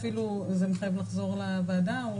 זה מחייב לחזור לוועדה?